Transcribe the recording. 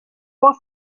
was